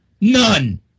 none